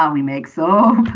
um we make so